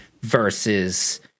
versus